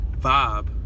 vibe